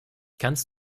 kannst